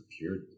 appeared